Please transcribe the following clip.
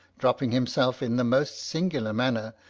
dropping himself in the most singular manner,